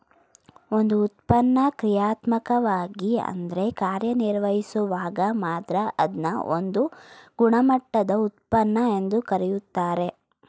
ಒಂದು ಉತ್ಪನ್ನ ಕ್ರಿಯಾತ್ಮಕವಾಗಿ ಅದ್ರ ಕಾರ್ಯನಿರ್ವಹಿಸುವಾಗ ಮಾತ್ರ ಅದ್ನ ಒಂದು ಗುಣಮಟ್ಟದ ಉತ್ಪನ್ನ ಎಂದು ಕರೆಯುತ್ತಾರೆ